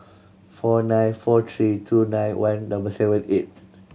four nine four three two nine one double seven eight